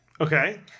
Okay